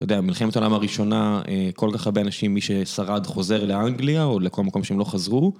אתה יודע, במלחמת העולם הראשונה, כל כך הרבה אנשים, מי ששרד חוזר לאנגליה או לכל מקום שהם לא חזרו.